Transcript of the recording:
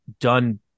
done